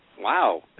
Wow